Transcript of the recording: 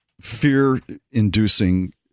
fear-inducing